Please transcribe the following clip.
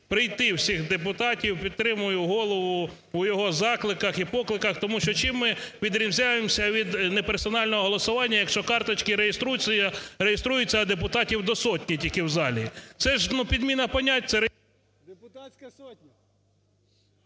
прийти всіх депутатів, підтримую Голову у його закликах і покликах. Тому що чим ми відрізняємося від неперсонального голосування, якщо карточки реєструються, а депутатів до сотні тільки в залі. Це ж ну, підміна понять…